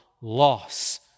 loss